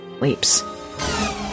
leaps